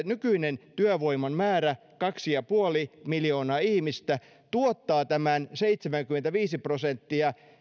nykyinen työvoiman määrä kaksi pilkku viisi miljoonaa ihmistä tuottaa tämän seitsemänkymmentäviisi prosenttia